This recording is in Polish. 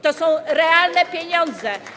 To są realne pieniądze.